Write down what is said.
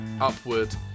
upward